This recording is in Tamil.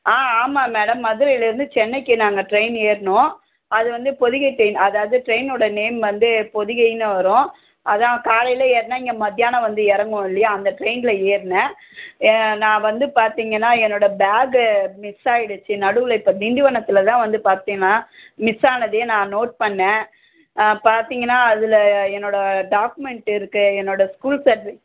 ஆ ஆமாம் மேடம் மதுரைலேருந்து சென்னைக்கு நாங்கள் ட்ரெயின் ஏறினோம் அது வந்து பொதிகை ட்ரெயின் அதாவது ட்ரைன்யோட நேம் வந்து பொதிகைன்னு வரும் அதான் காலையில் ஏறினா இங்கே மத்தியானம் வந்து இறங்குவோம் இல்லையா அந்த ட்ரெயினில் ஏறினேன் நான் வந்து பார்த்திங்கன்னா என்னோட பேகு மிஸ் ஆயிடுச்சு நடுவில் இப்போ திண்டிவனத்தில் தான் வந்து பார்த்தேன் நான் மிஸ் ஆனதையே நான் நோட் பண்ணேன் பார்த்திங்கன்னா அதில் என்னோட டாக்குமெண்ட் இருக்கு என்னோட ஸ்கூல் சர்ட்டிஃபி